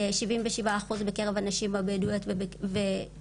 שבעים ושבעה אחוז בקרב הנשים הבדואיות ובשישים